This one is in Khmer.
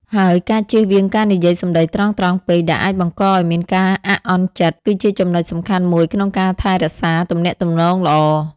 ហើយការជៀសវាងការនិយាយសំដីត្រង់ៗពេកដែលអាចបង្កឲ្យមានការអាក់អន់ចិត្ត គឺជាចំណុចសំខាន់មួយក្នុងការថែរក្សាទំនាក់ទំនងល្អ។